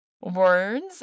words